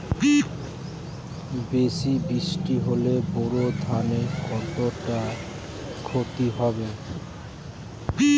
বেশি বৃষ্টি হলে বোরো ধানের কতটা খতি হবে?